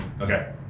okay